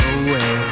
away